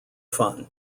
fun